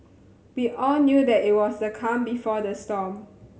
we all knew that it was the calm before the storm